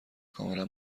کاملا